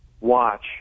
watch